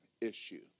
issue